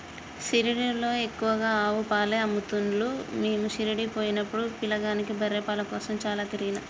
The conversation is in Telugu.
షిరిడీలో ఎక్కువగా ఆవు పాలే అమ్ముతున్లు మీము షిరిడీ పోయినపుడు పిలగాని బర్రె పాల కోసం చాల తిరిగినం